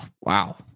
Wow